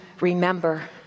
remember